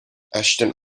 ashton